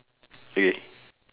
okay